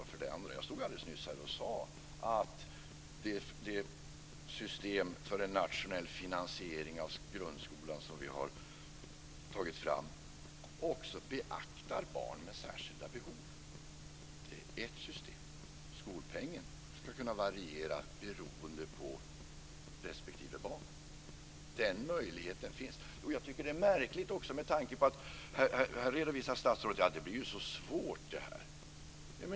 Jag stod ju alldeles nyss här och sade att det system för en nationell finansiering av grundskolan som vi har tagit fram också beaktar barn med särskilda behov. Det är ett system, men skolpengen ska kunna variera beroende på respektive barn. Den möjligheten finns. Jag tycker att det är märkligt att statsrådet redovisar att detta blir så svårt.